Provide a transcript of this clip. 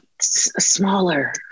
smaller